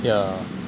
yeah